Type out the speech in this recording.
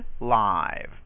live